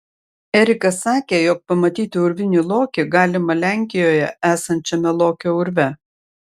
erikas sakė jog pamatyti urvinį lokį galima lenkijoje esančiame lokio urve